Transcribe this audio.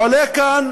עולה כאן